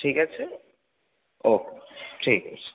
ঠিক আছে ওকে ঠিক আছে